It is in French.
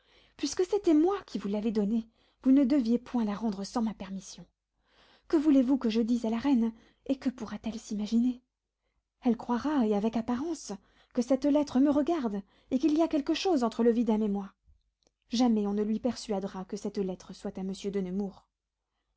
puisque c'était moi qui vous l'avais donnée vous ne deviez point la rendre sans ma permission que voulez-vous que je dise à la reine et que pourra-t-elle s'imaginer elle croira et avec apparence que cette lettre me regarde et qu'il y a quelque chose entre le vidame et moi jamais on ne lui persuadera que cette lettre soit à monsieur de nemours